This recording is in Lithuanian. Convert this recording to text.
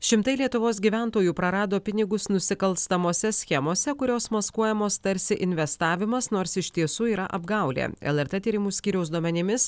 šimtai lietuvos gyventojų prarado pinigus nusikalstamose schemose kurios maskuojamos tarsi investavimas nors iš tiesų yra apgaulė lrt tyrimų skyriaus duomenimis